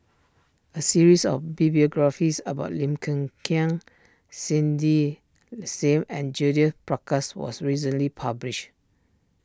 a series of be biographies about Lim Kiang Cindy Sim and Judith Prakash was recently published